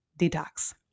detox